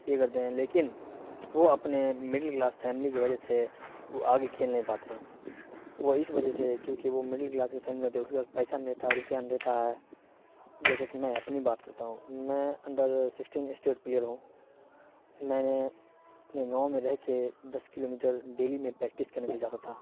یہ کرتے ہیں لیکن وہ اپنے مڈل کلاس فیملی کی وجہ سے وہ آگے کھیل نہیں پاتے ہیں وہ اس وجہ سے کیونکہ وہ مڈل کلاس کی فیملی رہتے ہیں اس کا پیسہ نہیں رہتا ہے روپیہ نہیں رہتا ہے جیسے کہ میں اپنی بات کرتا ہوں میں انڈر سکسٹین اسٹیٹ پلیئر ہوں میں نے اپنے گاؤں میں رہ کے دس کلو میٹر ڈیلی میں پریکٹس کرنے کے لیے جاتا تھا